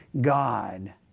God